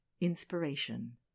Inspiration